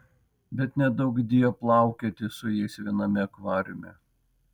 bet neduokdie plaukioti su jais viename akvariume